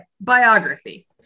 Biography